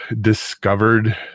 discovered